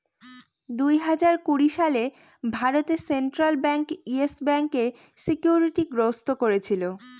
দুই হাজার কুড়ি সালে ভারতে সেন্ট্রাল ব্যাঙ্ক ইয়েস ব্যাঙ্কে সিকিউরিটি গ্রস্ত করেছিল